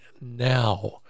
now